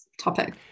topic